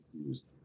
accused